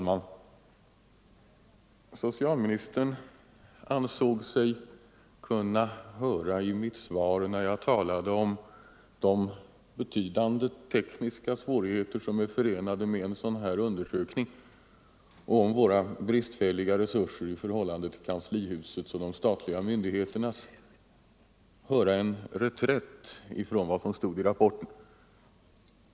Fru talman! När jag i mitt förra anförande talade om de betydande tekniska svårigheter som är förenade med en sådan här undersökning och om våra bristfälliga resurser i förhållande till kanslihusets och de statliga myndigheternas, ansåg sig socialministern kunna höra en reträtt från vad som står i rapporten.